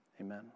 amen